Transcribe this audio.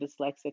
dyslexic